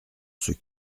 ceux